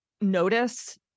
notice